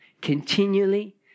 continually